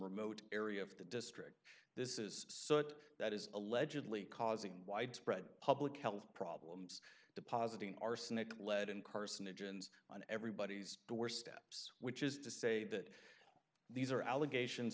remote area of the district this is so that that is allegedly causing widespread public health problems depositing arsenic lead and carcinogens on everybody's doorsteps which is to say that these are allegations